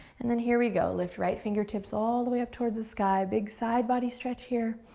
and then here we go, lift right fingertips all the way up towards the sky, big side body stretch here,